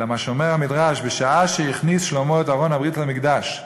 אלא מה שאומר המדרש: בשעה שהכניס שלמה את ארון הברית למקדש אמר: